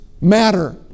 matter